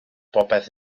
popeth